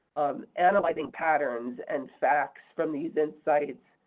analyzing patterns and facts from these insights,